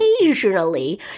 occasionally